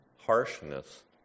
harshness